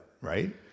right